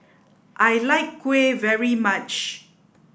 I like kuih very much